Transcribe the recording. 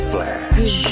Flash